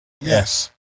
Yes